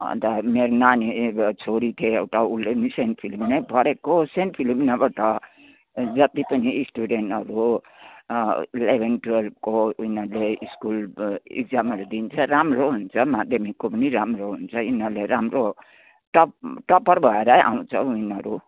अन्त मेरो नानी ए छोरी थियो एउटा उसले पनि सेन्ट फिलिमिनै पढेको सेन्ट फिलिमिनाबाट जति पनि स्टुडेन्टहरू इलेभेन टुवेल्भको उनीहरूले स्कुल इक्जामहरू दिन्छ राम्रो हुन्छ माध्यमिकको पनि राम्रो हुन्छ यिनीहरूले राम्रो टप टप्पर भएरै आउँछ उनीहरू